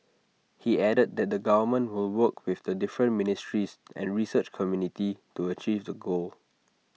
he added that the government will work with the different ministries and research community to achieve the goal